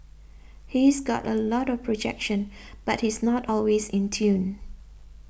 he's got a lot of projection but he's not always in tune